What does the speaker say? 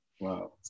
Wow